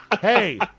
Hey